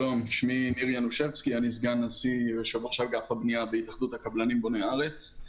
אני סגן נשיא ויושב-ראש אגף הבנייה בהתאחדות הקבלנים בוני הארץ.